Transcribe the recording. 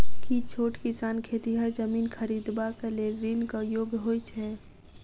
की छोट किसान खेतिहर जमीन खरिदबाक लेल ऋणक योग्य होइ छै?